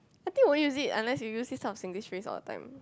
I think we won't use it unless you use this kind of Singlish phrase all the time